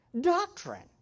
Doctrine